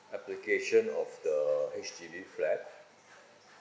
application of the H_D_B flat